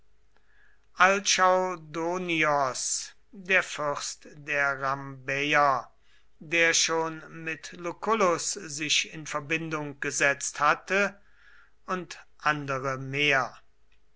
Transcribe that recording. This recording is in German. alchaudonios der fürst der rhambäer der schon mit lucullus sich in verbindung gesetzt hatte und andere mehr